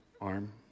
arm